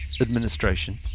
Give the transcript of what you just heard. administration